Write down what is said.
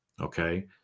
okay